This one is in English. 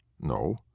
No